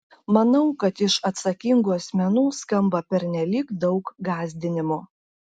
manau kad iš atsakingų asmenų skamba pernelyg daug gąsdinimų